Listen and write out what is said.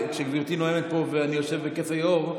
כשגברתי נואמת פה ואני יושב בכס היו"ר,